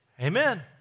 Amen